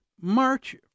March